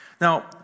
Now